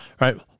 right